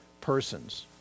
persons